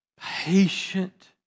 patient